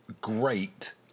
great